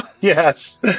Yes